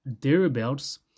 thereabouts